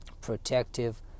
protective